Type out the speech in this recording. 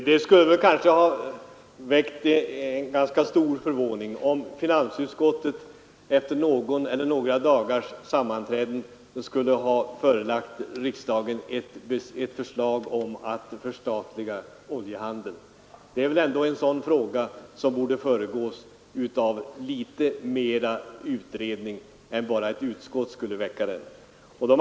Herr talman! Det skulle nog ha väckt stor förvåning, om finansutskottet efter någon dag eller några dagars sammanträden skulle ha förelagt riksdagen ett direkt förslag om att förstatliga oljehandeln. Detta är väl ändå en sådan fråga som måste föregås av mera utredningsarbete än enbart utskottsinitiativ.